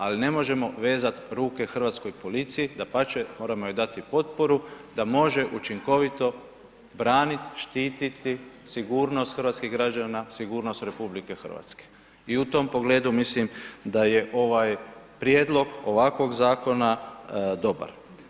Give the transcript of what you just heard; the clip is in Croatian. Ali ne možemo vezati ruke hrvatskoj policiji, dapače, moramo joj dati potporu, da može učinkovito braniti, štiti sigurnost hrvatskih građana, sigurnost RH i u tom pogledu, mislim daj e ovaj prijedlog, ovakvog zakona dobar.